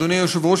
אדוני היושב-ראש,